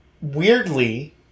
weirdly